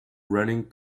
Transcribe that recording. running